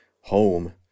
home